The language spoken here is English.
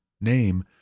name